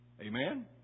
Amen